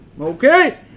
Okay